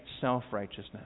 Self-righteousness